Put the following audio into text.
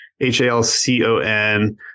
h-a-l-c-o-n